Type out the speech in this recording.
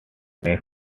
next